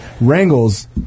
wrangles